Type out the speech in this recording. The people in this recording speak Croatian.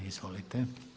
Izvolite.